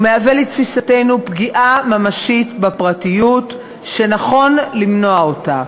ומהווה לתפיסתנו פגיעה ממשית בפרטיות שנכון למנוע אותה.